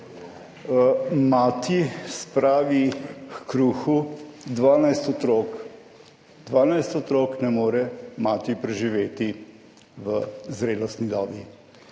Mati spravi h kruhu 12 otrok, 12 otrok ne more mati preživeti v zrelostni dobi.